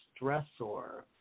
stressor